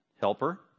helper